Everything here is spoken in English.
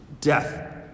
death